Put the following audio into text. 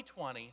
2020